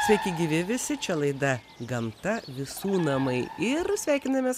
sveiki gyvi visi čia laida gamta visų namai ir sveikinamės